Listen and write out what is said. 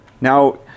Now